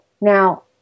Now